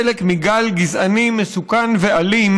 חלק מגל גזעני מסוכן ואלים